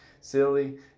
silly